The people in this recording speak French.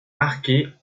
marquet